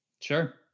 Sure